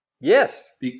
Yes